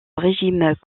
régime